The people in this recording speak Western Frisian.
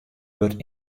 wurdt